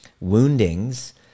woundings